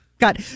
Got